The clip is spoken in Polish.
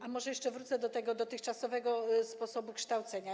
A może jeszcze wrócę do tego dotychczasowego sposobu kształcenia.